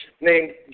named